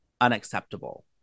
unacceptable